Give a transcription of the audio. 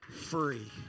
free